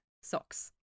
socks